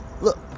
look